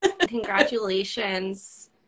Congratulations